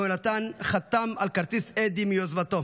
יהונתן חתם על כרטיס אדי מיוזמתו.